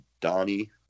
Donnie